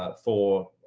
but for,